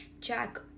jack